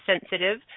sensitive